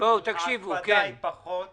פחות הקפדה,